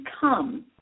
come